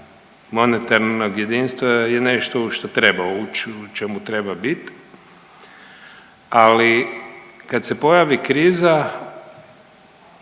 monetarnog jedinstva je nešto u što treba ući i u čemu treba biti, ali kad se pojavi kriza